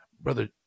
Brother